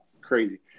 crazy